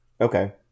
Okay